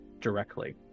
directly